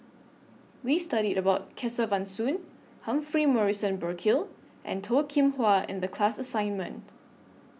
We studied about Kesavan Soon Humphrey Morrison Burkill and Toh Kim Hwa in The class assignment